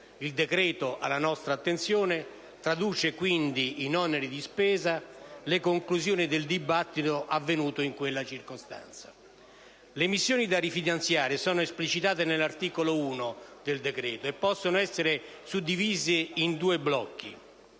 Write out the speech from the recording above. Il decreto alla nostra attenzione traduce quindi in oneri di spesa le conclusioni del dibattito avvenuto in quella circostanza. Le missioni da rifinanziare sono esplicitate nell'articolo 1 del decreto e possono essere suddivise in due blocchi.